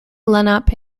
lenape